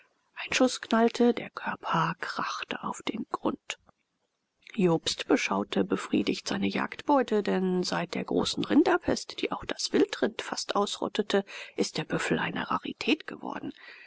ein schuß knallte der körper krachte auf den grund jobst beschaute befriedigt seine jagdbeute denn seit der großen rinderpest die auch das wildrind fast ausrottete ist der büffel eine rarität geworden